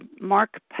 Mark